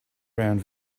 around